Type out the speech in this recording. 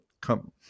come